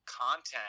content